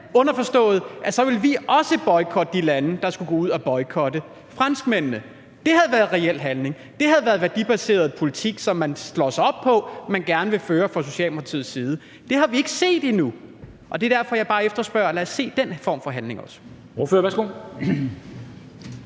underforstået at så ville vi også boykotte de lande, der måtte gå ud og boykotte franskmændene. Det havde været reel handling. Det havde været værdibaseret politik, som man slår sig op på man gerne vil føre fra Socialdemokratiets side. Det har vi ikke set endnu, og det er derfor, jeg bare siger: Lad os se den form for handling også.